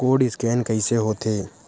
Code scan कइसे होथे?